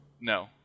No